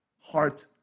heart